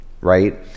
right